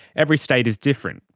every state is different,